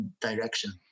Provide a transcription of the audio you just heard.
direction